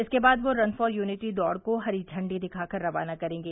इसके बाद वह रन फॉर यूनिटी दौड़ को हरी झंडी दिखा कर रवाना करेंगे